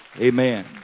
Amen